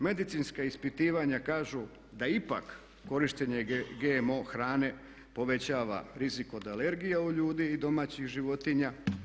Medicinska ispitivanja kažu da ipak korištenje GMO hrane povećava rizik od alergija u ljudi i domaćih životinja.